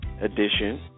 edition